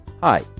Hi